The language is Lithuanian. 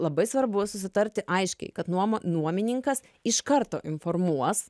labai svarbu susitarti aiškiai kad nuoma nuomininkas iš karto informuos